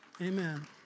Amen